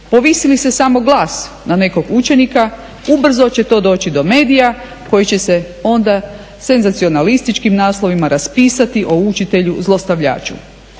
Povisi li se samo glas na nekog učenika, ubrzo će to doći do medija koji će se onda senzacionalističkim naslovima raspisati o učitelju zlostavljaču.